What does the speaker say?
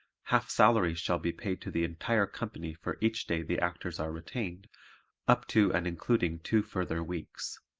half salaries shall be paid to the entire company for each day the actors are retained up to and including two further weeks.